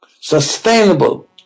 Sustainable